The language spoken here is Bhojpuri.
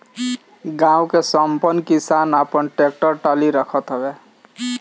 गांव के संपन्न किसान आपन टेक्टर टाली रखत हवे